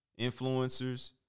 influencers